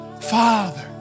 Father